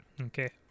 Okay